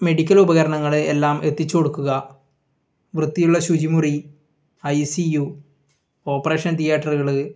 medical ഉപകരണങ്ങൾ എല്ലാം എത്തിച്ച് കൊടുക്കുക വൃത്തിയുള്ള ശുചി മുറി ഐ സി യു ഓപ്പറേഷൻ തിയേറ്ററുകൾ